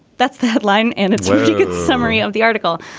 that's the headline. and it's a good summary of the article.